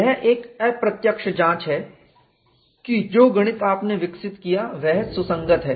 यह एक अप्रत्यक्ष जांच है कि जो गणित आपने विकसित किया है वह सुसंगत है